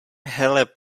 hele